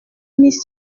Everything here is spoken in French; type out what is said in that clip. mis